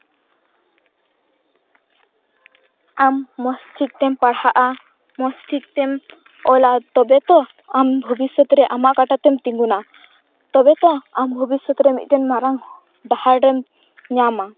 ᱟᱢ ᱢᱚᱡᱽᱴᱷᱤᱠᱛᱮᱢ ᱯᱟᱲᱦᱟᱜᱼᱟ ᱢᱚᱡᱽ ᱴᱷᱤᱠᱛᱮᱢ ᱚᱞᱟ ᱛᱚᱵᱮ ᱛᱚ ᱮᱢ ᱵᱷᱚᱵᱤᱥᱥᱚᱛ ᱨᱮ ᱟᱢᱟᱜ ᱠᱟᱴᱟᱛᱮᱢ ᱛᱤᱸᱜᱩᱱᱟ ᱛᱚᱵᱮ ᱛᱚ ᱟᱢ ᱵᱷᱚᱵᱤᱥᱥᱚᱛ ᱨᱮ ᱢᱟᱨᱟᱝ ᱦᱚᱲᱮᱢ ᱰᱟᱦᱟᱨᱮᱢ ᱧᱟᱢᱟ